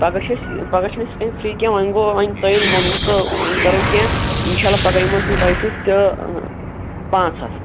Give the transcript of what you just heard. پگاہ چھِ أسۍ پگاہ چھِنہٕ أسۍ یِتھٕ کٔنۍ فِرٛی کیٚنٛہہ وۅنۍ گوٚو وۅنۍ تۅہہِ ییٚلہِ ووٚنوٕ تہٕ وۅنۍ کَرو کیٚنٛہہ اِنشاء اللّہ پگاہ یِمو أسۍ تیٚلہِ تۅہہِ سۭتۍ تہٕ پانٛژھ ہَتھ